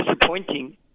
disappointing